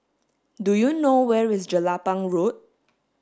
do you know where is Jelapang Road